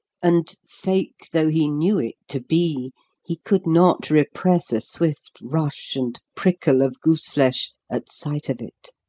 and fake though he knew it to be he could not repress a swift rush and prickle of goose-flesh at sight of it.